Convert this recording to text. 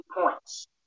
points